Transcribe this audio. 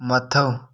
ꯃꯊꯧ